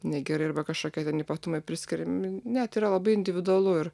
negerai arba kažkokie ten ypatumai priskiriami ne tai yra labai individualu ir